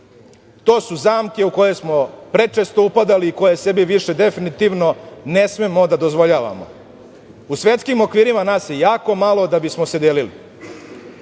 To su zamke u koje smo prečesto upadali i koje sebi više definitivno ne smemo da dozvoljavamo.U svetskim okvirima nas je jako malo da bismo se delili.